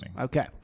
Okay